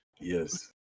yes